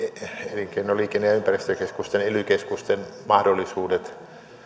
elinkeino liikenne ja ympäristökeskusten ely keskusten mahdollisuudet